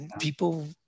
people